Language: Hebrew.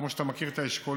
כמו שאתה מכיר את האשכולות,